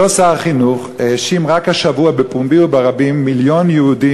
אותו שר חינוך האשים רק השבוע בפומבי וברבים מיליון יהודים,